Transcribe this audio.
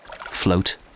Float